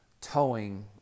towing